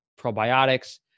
probiotics